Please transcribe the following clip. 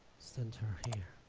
center here